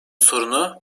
sorunu